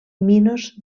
minos